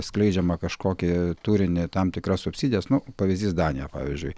skleidžiamą kažkokį turinį tam tikras subsidijas nu pavyzdys danija pavyzdžiui